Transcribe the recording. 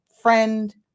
friend